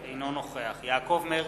אינו נוכח יעקב מרגי,